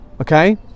okay